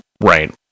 right